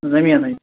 زٔمیٖنٕے